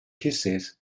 pieces